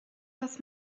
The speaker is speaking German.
das